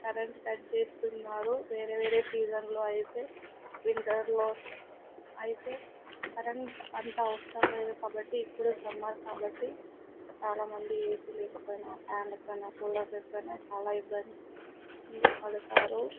current cut చేస్తున్నారు వేరే వేరే సీజన్లో అయితే వింటర్లో అయితే కరెంట్ అంత అవసరం లేదు కాబట్టి ఇప్పుడు సమ్మర్ కాబట్టి చాలామంది ఏసీ లేకపోయినా ఫ్యాన్ లేకపోయినా కూలర్ లేకపోయినా చాలా ఇబ్బంది పడతారు